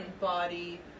body